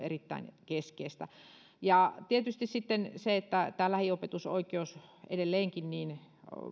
erittäin keskeistä tietysti sitten se että tämä lähiopetusoikeus edelleenkin